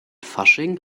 fasching